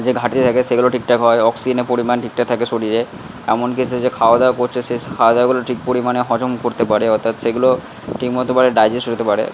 যে ঘাটতি থাকে সেগুলো ঠিকঠাক হয় অক্সিজেনের পরিমাণ ঠিকঠাক থাকে শরীরে এমনকি সে যে খাওয়াদাওয়া করছে সেই খাওয়াদাওয়াগুলো ঠিক পরিমাণে হজম করতে পারে অর্থাৎ সেগুলো ঠিকমতো ডাইজেস্ট হতে পারে